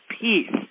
peace